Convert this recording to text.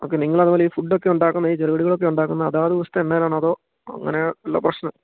okay നിങ്ങൾ അതുപോലെ ഈ ഫുഡൊക്കെ ഉണ്ടാക്കുന്നത് ഈ ചെറുകടികളൊക്കെ ഉണ്ടാക്കുന്നത് അതാതു ദിവസത്തെ എണ്ണയിലാണോ അതോ അങ്ങനെയുള്ള പ്രശ്നം